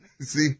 See